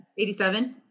87